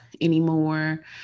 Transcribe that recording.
anymore